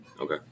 Okay